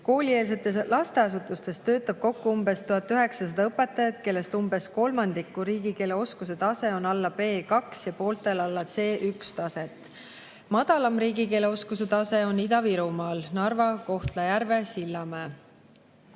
Koolieelsetes lasteasutustes töötab kokku umbes 1900 õpetajat, kellest umbes kolmandiku riigikeele oskuse tase on alla B2- ja pooltel alla C1‑taset. Madalam riigikeele oskuse tase on Ida-Virumaal: Narvas, Kohtla-Järvel, Sillamäel.